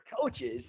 coaches